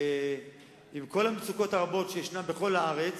עם כל המצוקות הרבות שיש בכל הארץ,